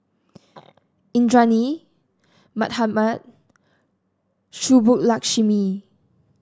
Indranee Mahatma Subbulakshmi